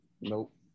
Nope